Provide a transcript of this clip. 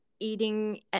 eating